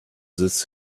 this